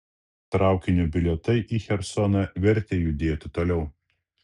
traukinio bilietai į chersoną vertė judėti toliau